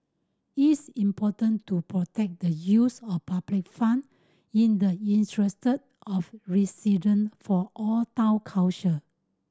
is important to protect the use of public fund in the interest of resident for all Town Council